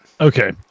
Okay